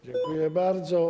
Dziękuję bardzo.